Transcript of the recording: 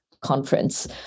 Conference